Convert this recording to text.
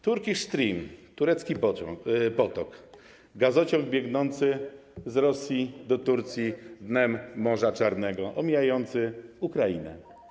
Turkish Stream, turecki potok, gazociąg biegnący z Rosji do Turcji dnem Morza Czarnego, omijający Ukrainę.